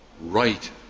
right